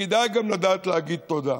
וכדאי גם לדעת להגיד תודה,